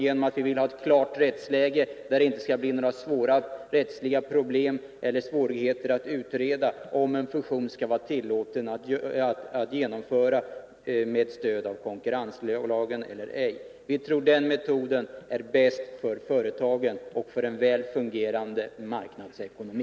Vi vill ha ett klart rättsläge, där det inte uppstår några svårigheter att utreda om en fusion skall vara tillåten att genomföra med stöd av konkurrenslagen eller ej. Vi tror att den metoden är bäst för företagen och för en väl fungerande marknadsekonomi.